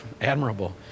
admirable